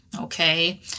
Okay